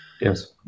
Yes